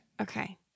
Okay